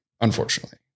unfortunately